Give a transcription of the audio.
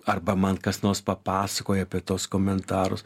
arba man kas nors papasakoja apie tuos komentarus